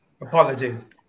apologies